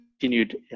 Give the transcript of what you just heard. continued